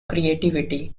creativity